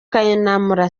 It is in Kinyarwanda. kayinamura